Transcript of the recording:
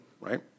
right